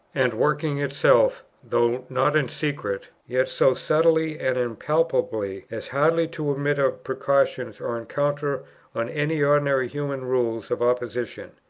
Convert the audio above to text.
and working itself, though not in secret, yet so subtly and impalpably, as hardly to admit of precaution or encounter on any ordinary human rules of opposition.